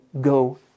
go